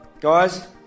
guys